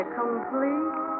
complete